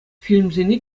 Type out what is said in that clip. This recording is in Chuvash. фильмсене